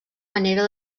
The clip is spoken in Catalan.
manera